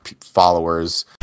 followers